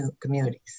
communities